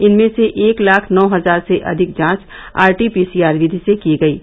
इनमें से एक लाख नौ हजार से अधिक जांच आरटी पीसीआर विधि से की गईं